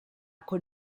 con